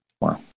Wow